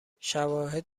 شواهد